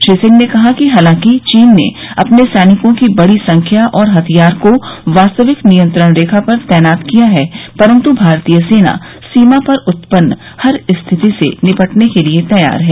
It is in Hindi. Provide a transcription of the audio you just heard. श्री सिंह ने कहा कि हालांकि चीन ने अपने सैनिकों की बड़ी संख्या और हथियार को वास्तविक नियंत्रण रेखा पर तैनात किया है परंतु भारतीय सेना सीमा पर उत्पन्न हर स्थिति से निपटने के लिए तैयार है